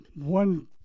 one